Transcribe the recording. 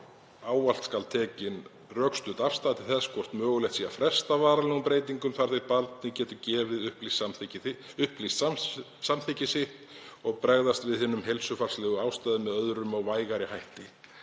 „Ávallt skal tekin rökstudd afstaða til þess hvort mögulegt sé að fresta varanlegum breytingum þar til barnið getur gefið upplýst samþykki sitt og bregðast við hinum heilsufarslegu ástæðum með öðrum og vægari hætti.